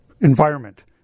environment